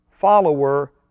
follower